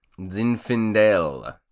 Zinfandel